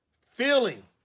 Feeling